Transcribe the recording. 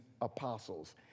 apostles